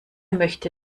möchte